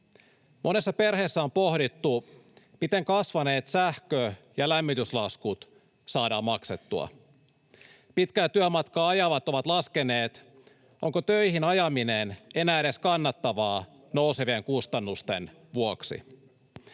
Monessa perheessä on pohdittu, miten kasvaneet sähkö- ja lämmityslaskut saadaan maksettua. Pitkää työmatkaa ajavat ovat laskeneet, onko töihin ajaminen enää edes kannattavaa nousevien kustannusten vuoksi.